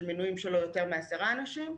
של מינוי ללא יותר מעשרה חסויים,